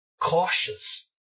cautious